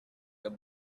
the